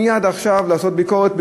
מייד עכשיו לעשות ביקורת,